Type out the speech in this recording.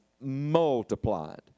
multiplied